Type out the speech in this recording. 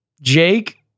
Jake